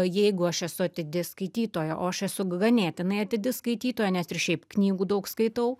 jeigu aš esu atidi skaitytoja o aš esu ganėtinai atidi skaitytoja nes ir šiaip knygų daug skaitau